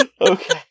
okay